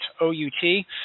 O-U-T